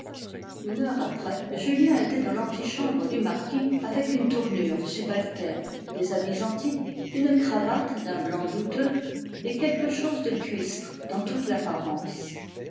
une heure après julien était dans l'antichambre du marquis avec une tournure subalterne des habits antiques une cravate d'un blanc douteux et quelque chose de cuistre dans toute l'apparence